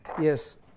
Yes